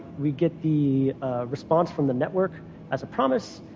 we get the response from the network as a promise.